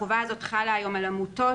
החובה הזאת חלה היום על עמותות,